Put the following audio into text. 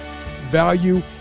value